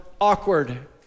awkward